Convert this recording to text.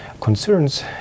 concerns